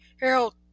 Harold